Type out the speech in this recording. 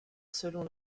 selon